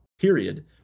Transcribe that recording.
Period